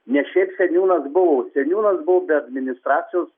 ne šiaip seniūnas buvo o seniūnas buvo be administracijos